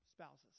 spouses